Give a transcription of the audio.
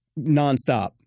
nonstop